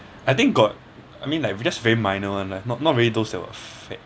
I think got I mean like we just very minor [one] lah not not really those that will affect